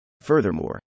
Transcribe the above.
Furthermore